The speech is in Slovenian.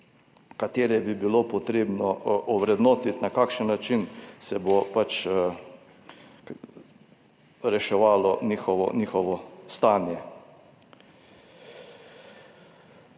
ki bi jih bilo potrebno ovrednotiti, na kakšen način se bo reševalo njihovo stanje.